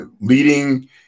Leading